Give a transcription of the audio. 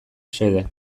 xede